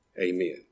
amen